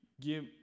give